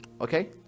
okay